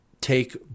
take